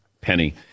penny